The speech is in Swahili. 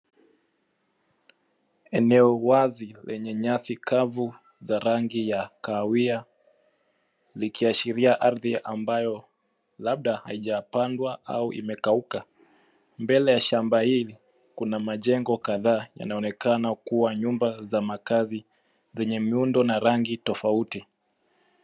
Eneo wazi lenye nyasi kavu za rangi ya kahawia likiashiria ardhi ambayo labda haijapandwa au imekauka. Mbele ya shamba hili kuna nyumba kadhaa, yanaonekana nyumba ya makazi yenye miundo na rangi tofauti.